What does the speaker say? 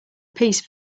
piece